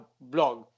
blog